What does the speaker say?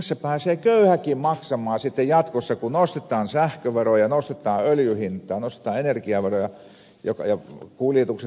tässä pääsee köyhäkin maksamaan sitten jatkossa kun nostetaan sähköveroa ja nostetaan öljyn hintaa nostetaan energiaveroja ja kuljetukset nousevat